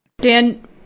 Dan